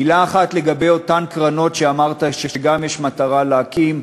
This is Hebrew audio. מילה אחת לגבי אותן קרנות שאמרת שגם יש מטרה להקים,